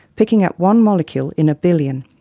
picking up one molecule in a billion.